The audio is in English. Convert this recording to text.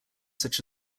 such